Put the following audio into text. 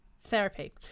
Therapy